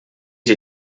die